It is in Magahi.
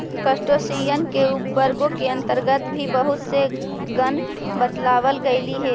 क्रस्टेशियन के उपवर्गों के अन्तर्गत भी बहुत से गण बतलावल गेलइ हे